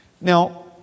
Now